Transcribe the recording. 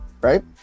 right